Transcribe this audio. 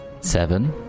Seven